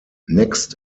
next